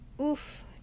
Oof